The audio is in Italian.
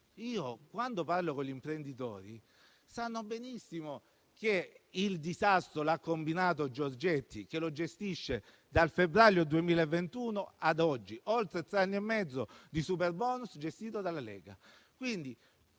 Quando parlo con gli imprenditori, questi sanno benissimo che il disastro l'ha combinato Giorgetti. Egli gestisce questa misura dal febbraio 2021 ad oggi: oltre tre anni e mezzo di superbonus gestito dalla Lega.